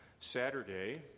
Saturday